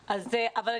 פחות.